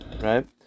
right